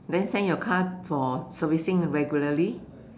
then send your car for servicing regularly